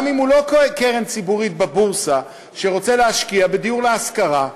גם אם הוא לא קרן ציבורית בבורסה שרוצה להשקיע בדיור להשכרה,